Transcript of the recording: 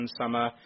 summer